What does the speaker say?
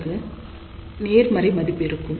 RL க்கு நேர்மறை மதிப்பிருக்கும்